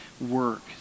work